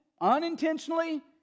unintentionally